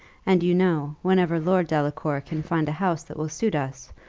and you know, whenever lord delacour can find a house that will suit us,